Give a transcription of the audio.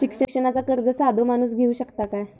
शिक्षणाचा कर्ज साधो माणूस घेऊ शकता काय?